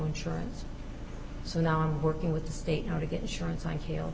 insurance so now i'm working with the state how to get insurance